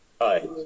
Hi